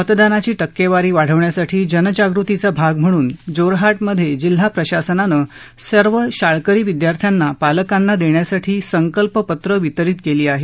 मतदानाची टक्केवारी वाढवण्यासाठी जनजागृतीचा भाग म्हणून जोरहाटमध्ये जिल्हा प्रशासनानं सर्व शाळकरी विद्यार्थ्यांना पालकांना देण्यासाठी संकल्प पत्र वितरित केली आहेत